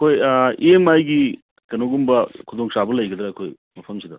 ꯑꯩꯈꯣꯏ E M ꯑꯥꯏꯒꯤ ꯀꯩꯅꯣꯒꯨꯝꯕ ꯈꯨꯗꯣꯡ ꯆꯥꯕ ꯂꯩꯒꯗ꯭ꯔ ꯑꯩꯈꯣꯏ ꯃꯐꯝꯁꯤꯗ